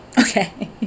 Okay